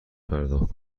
پرداخت